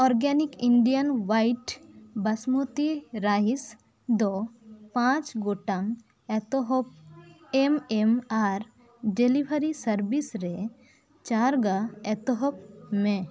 organic Indian white basmati rice ᱫᱚ ᱯᱟᱸᱪ ᱜᱚᱴᱟᱝ ᱮᱛᱚᱦᱚᱯ M M R delivery service ᱨᱮ ᱪᱟᱨ ᱜᱟ ᱮᱛᱚᱦᱚᱯ ᱢᱮ